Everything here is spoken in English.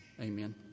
Amen